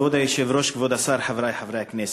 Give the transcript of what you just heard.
כבוד היושב-ראש, כבוד השר, חברי הכנסת,